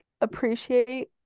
appreciate